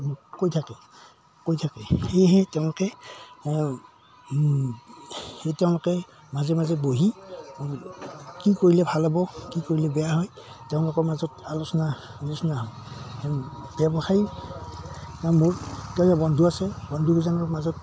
কৈ থাকে কৈ থাকে সেয়েহে তেওঁলোকে তেওঁলোকে মাজে মাজে বহি কি কৰিলে ভাল হ'ব কি কৰিলে বেয়া হয় তেওঁলোকৰ মাজত আলোচনা আলোচনা হয় ব্যৱসায়ী মোৰ তেওঁলোক বন্ধু আছে বন্ধুকেইজনৰ মাজত